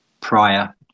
prior